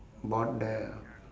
bought there uh